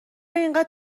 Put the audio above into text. اینقدر